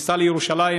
בכניסה לירושלים,